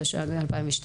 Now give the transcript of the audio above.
התשע"ב-2012.